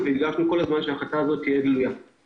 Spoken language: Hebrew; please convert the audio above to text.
שהצריכו לשנות את המסגרת הכללית של ההסדר לגבי מעורבות משטרה,